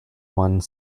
one